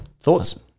Thoughts